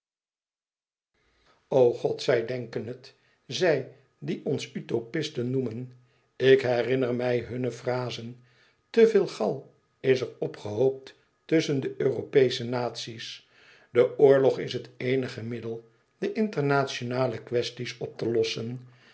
god zij denken het zij die ons utopisten noemen ik herinner mij hunne frazen te veel gal is er opgehoopt tusschen de europeesche naties de oorlog is het eenige middel de internationale quaestie's op te lossen